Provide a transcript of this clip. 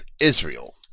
Israel